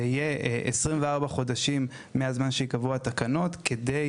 ויהיו 24 חודשים מהרגע שבו ייקבעו התקנות כדי